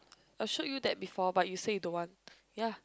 I showed you that before but you say you don't want ya